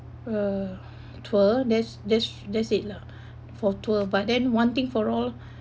a tour that's that's that's it lah for tour but then one thing for all